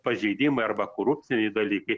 pažeidimai arba korupciniai dalykai